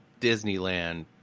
Disneyland